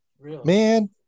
Man